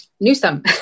Newsom